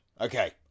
okay